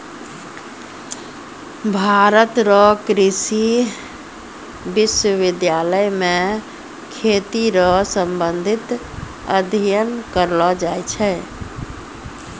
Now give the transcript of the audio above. भारत रो कृषि विश्वबिद्यालय मे खेती रो संबंधित अध्ययन करलो जाय छै